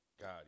God